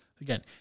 Again